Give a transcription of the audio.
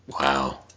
Wow